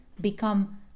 become